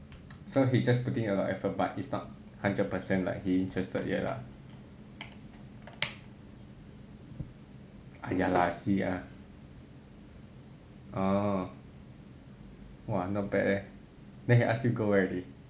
so he is just putting a lot of effort but is not hundred percent like he interested yet lah ah ya lah see lah orh !wah! not bad leh then he ask you go where already